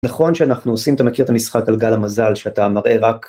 נכון שאנחנו עושים, אתה מכיר את המשחק גלגל המזל, שאתה מראה רק